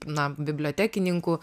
na bibliotekininkų